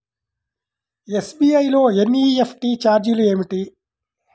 SBI లో NEFT ఛార్జీలు ఏమిటి?